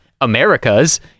americas